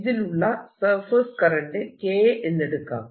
ഇതിലുള്ള surface current K എന്നെടുക്കാം